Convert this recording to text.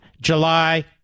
July